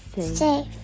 safe